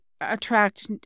attract